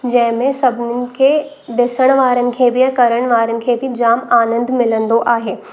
जंहिंमें सभिनीनि खे ॾिसणु वारनि खे बि ऐं करणु वारनि खे बि जाम आनंद मिलंदो आहे